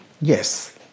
Yes